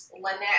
Lynette